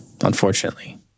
unfortunately